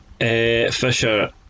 Fisher